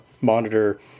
monitor